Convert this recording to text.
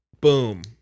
Boom